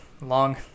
long